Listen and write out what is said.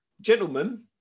gentlemen